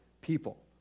people